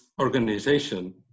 organization